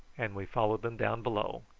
and we followed them down below,